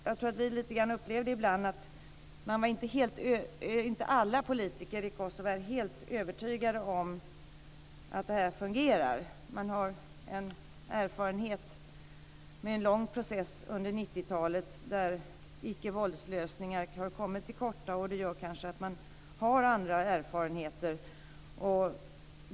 Jag tror att vi upplevde lite grann att inte alla politiker i Kosovo är helt övertygade om att det här fungerar. Man har en erfarenhet, en lång process under 90-talet, där icke-våldslösningar kommit till korta och som gör att man kanske har andra erfarenheter.